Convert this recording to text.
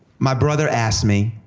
my brother asked me,